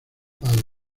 padre